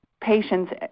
patients